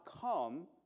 come